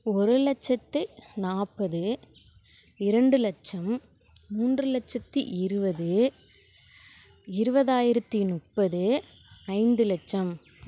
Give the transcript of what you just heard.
ஒரு லட்சத்து நாற்பது இரண்டு லட்சம் மூன்று லட்சத்தி இருபது இருபதாயிரத்தி முப்பது ஐந்து லட்சம்